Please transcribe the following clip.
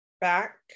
back